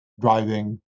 driving